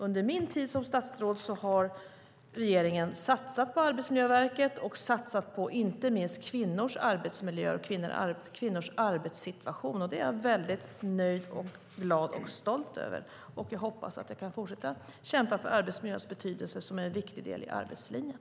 Under min tid som statsråd har regeringen satsat på Arbetsmiljöverket och inte minst på kvinnors arbetsmiljö och arbetssituation. Det är jag nöjd, glad och stolt över. Jag hoppas att kunna fortsätta kämpa för arbetsmiljöns betydelse eftersom det är en viktig del i arbetslinjen.